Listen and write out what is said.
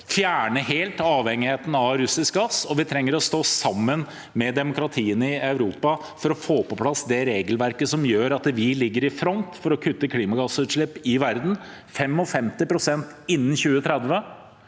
fjerne avhengigheten av russisk gass, og vi trenger å stå sammen med demokratiene i Europa for å få på plass det regelverket som gjør at vi ligger i front med å kutte klimagassutslipp i verden. Dette